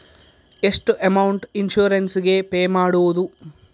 ಎಷ್ಟು amount insurance ಗೇ pay ಮಾಡುವುದು?